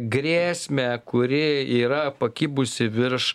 grėsmę kuri yra pakibusi virš